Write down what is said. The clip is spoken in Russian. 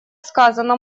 сказано